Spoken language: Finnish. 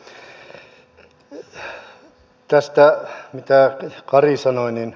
tästä mitä kari sanoi